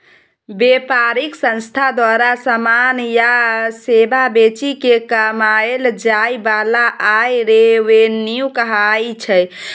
बेपारिक संस्था द्वारा समान या सेबा बेचि केँ कमाएल जाइ बला आय रेवेन्यू कहाइ छै